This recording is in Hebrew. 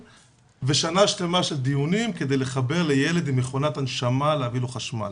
ושנה שלמה של דיונים כדי לחבר לילד עם מכונת הנשמה להביא לו חשמל,